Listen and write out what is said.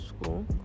school